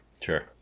Sure